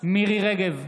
מירי מרים רגב,